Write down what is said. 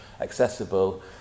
accessible